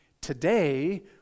today